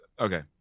Okay